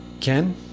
Ken